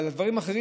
אבל דברים אחרים,